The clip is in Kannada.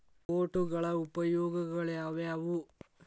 ನೋಟುಗಳ ಉಪಯೋಗಾಳ್ಯಾವ್ಯಾವು?